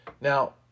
Now